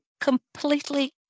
completely